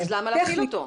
אז למה להפעיל אותו?